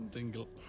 Dingle